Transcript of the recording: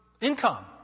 income